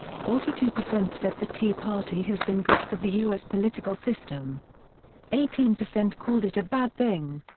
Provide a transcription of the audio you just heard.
forty two percent said the tea party has been good for the u s. political system eighteen percent called it a bad thing.